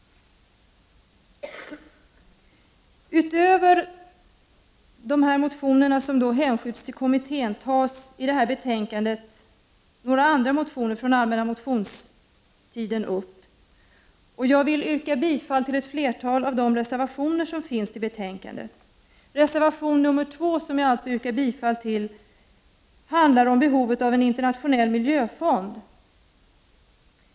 Utöver dessa motioner som hänskjuts till kommittén tas även några andra motioner från den allmänna motionstiden upp i betänkandet. Jag vill yrka bifall till ett flertal av de reservationer som är fogade till betänkandet. Reservation 2, som jag yrkar bifall till, handlar om behovet av en internationell miljöfond.